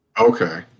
Okay